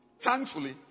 thankfully